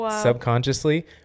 subconsciously